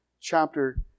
chapter